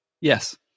Yes